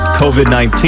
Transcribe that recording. COVID-19